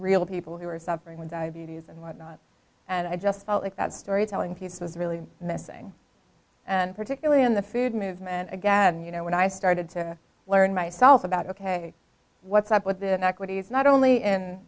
real people who are suffering with diabetes and whatnot and i just felt like that storytelling piece was really missing and particularly in the food movement again you know when i started to learn myself about ok what's up with the equity is not only